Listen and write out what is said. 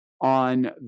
on